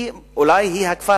זה אולי הכפר